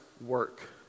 work